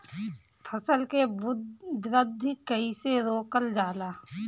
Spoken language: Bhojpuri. फसल के वृद्धि कइसे रोकल जाला?